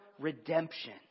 redemption